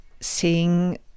seeing